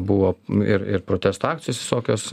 buvo ir ir protesto akcijos visokios